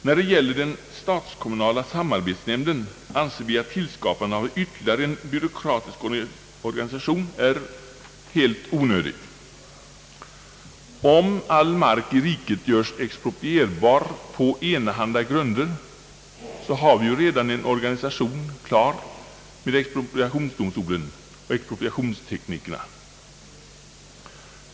När det gäller den stats-kommunala samarbetsnämnden anser vi att tillskapandet av ytterligare en byråkratisk organisation är helt onödigt. Om all mark i riket görs exproprierbar på enahanda grunder, har vi i expropriationsdomstolen och dess tekniker redan en uppbyggd organisation för detta.